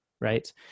right